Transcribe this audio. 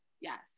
yes